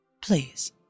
Please